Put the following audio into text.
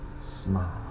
Smile